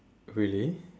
really